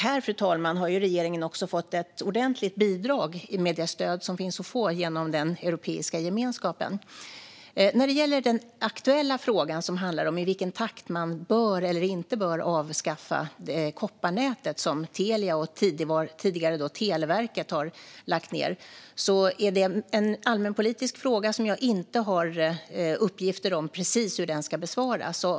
Här, fru talman, har regeringen också fått ett ordentligt bidrag med det stöd som finns att få genom den europeiska gemenskapen. När det gäller den aktuella frågan, som handlar om i vilken takt man bör eller inte bör avskaffa kopparnätet som Telia och tidigare Televerket har lagt ned, är det en allmänpolitisk fråga som jag inte har uppgifter om precis hur den ska besvaras.